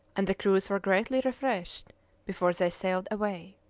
and the crews were greatly refreshed before they sailed away.